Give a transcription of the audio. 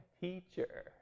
teacher